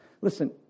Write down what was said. Listen